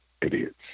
idiots